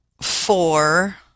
four